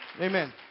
Amen